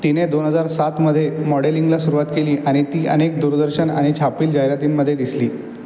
तिने दोन हजार सातमध्ये मॉडेलिंगला सुरुवात केली आणि ती अनेक दूरदर्शन आणि छापील जाहिरातींमध्ये दिसली